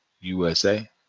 USA